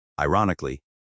Ironically